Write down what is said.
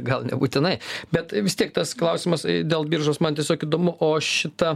gal nebūtinai bet vis tiek tas klausimas dėl biržos man tiesiog įdomu o šita